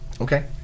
Okay